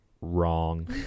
Wrong